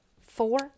four